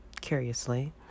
Curiously